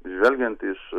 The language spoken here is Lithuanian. žvelgiant iš